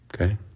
okay